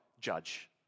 judge